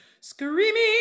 screaming